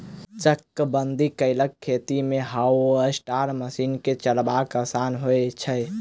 चकबंदी कयल खेत मे हार्वेस्टर मशीन के चलायब आसान होइत छै